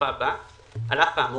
בסופה יבוא: "על אף האמור,